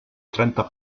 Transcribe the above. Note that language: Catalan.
trenta